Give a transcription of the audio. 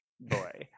boy